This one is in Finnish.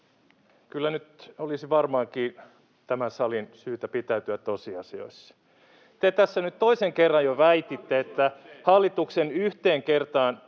Kyllä nyt olisi varmaankin tämän salin syytä pitäytyä tosiasioissa. Te tässä nyt jo toisen kerran väititte, että hallituksen yhteen kertaan